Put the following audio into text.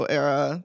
era